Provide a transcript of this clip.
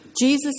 Jesus